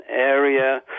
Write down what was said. area